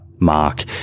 Mark